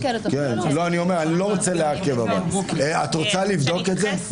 את רוצה לבדוק את זה?